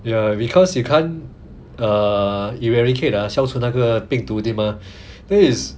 ya because you can't err eradicate ah 消除那个病毒对 mah so it's